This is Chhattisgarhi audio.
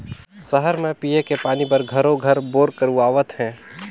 सहर म पिये के पानी बर घरों घर बोर करवावत हें